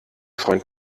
freund